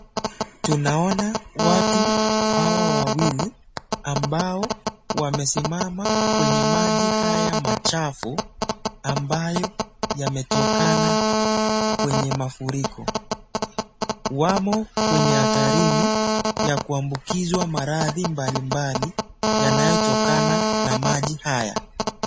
Tunaona watu hawa wawili ambao wamesimama kwenye maji haya machafu ambayo yametokana kwenye mafuriko. Wamo kwenye hatarini ya kuambukizwa maradhi mbalimbali yanayotokana na maji haya.